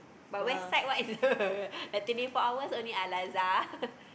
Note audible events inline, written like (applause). but west side what is the (laughs) like twenty four hours only Al-Azhar (laughs)